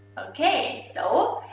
okay, so,